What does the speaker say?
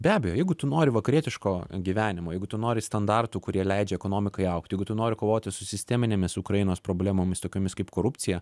be abejo jeigu tu nori vakarietiško gyvenimo jeigu tu nori standartų kurie leidžia ekonomikai augti jeigu tu nori kovoti su sisteminėmis ukrainos problemomis tokiomis kaip korupcija